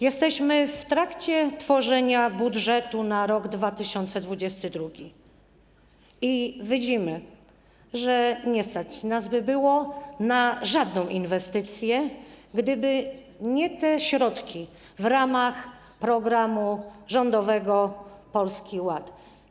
Jesteśmy w trakcie tworzenia budżetu na rok 2022 i widzimy, że nie stać nas by było na żadną inwestycję, gdyby nie środki w ramach programu rządowego Polski Ład.